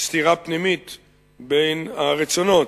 סתירה בין הרצונות.